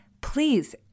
please